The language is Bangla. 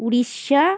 উড়িষ্যা